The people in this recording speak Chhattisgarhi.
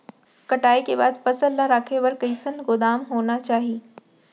कटाई के बाद फसल ला रखे बर कईसन गोदाम होना चाही?